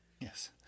Yes